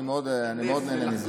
אני מאוד נהנה מזה.